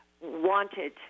wanted